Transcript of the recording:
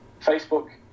Facebook